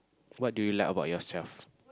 what do you like about yourself